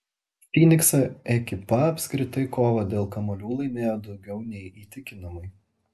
fynikso ekipa apskritai kovą dėl kamuolių laimėjo daugiau nei įtikinamai